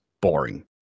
boring